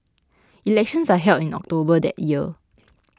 elections are held in October that year